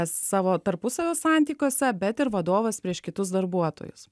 savo tarpusavio santykiuose bet ir vadovas prieš kitus darbuotojus